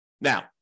Now